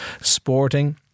Sporting